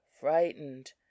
frightened